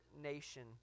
nation